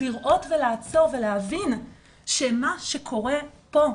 לראות ולעצור ולהבין שמה שקורה פה,